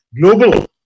global